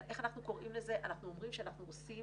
אנחנו אומרים שאנחנו עושים